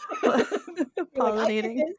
Pollinating